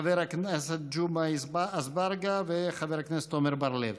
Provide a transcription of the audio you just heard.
חבר הכנסת ג'מעה אזברגה וחבר הכנסת עמר בר-לב.